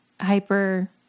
hyper